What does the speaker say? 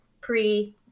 pre